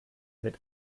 wird